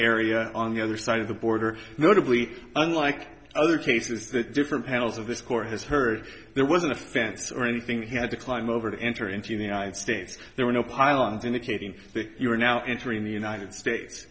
area on the other side of the border notably unlike other cases the different panels of this court has heard there wasn't a fence or anything he had to climb over to enter into united states there were no pylons indicating that you were now entering the united states